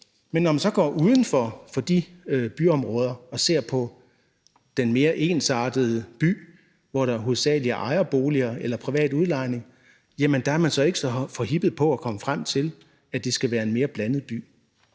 men når man så går uden for de byområder og ser på den mere ensartede by, hvor der hovedsagelig er ejerboliger eller privat udlejning, så er man ikke så forhippet på at nå frem til, at det skal være en mere blandet by.